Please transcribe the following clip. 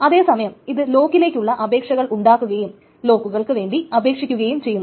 അതേസമയം ഇത് ലോക്കിലേക്കുള്ള അപേക്ഷകൾ ഉണ്ടാക്കുകയും ലോക്കുകൾക്ക് വേണ്ടി അപേക്ഷിക്കുകയും ചെയ്യും